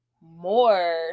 more